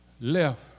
left